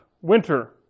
winter